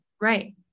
Right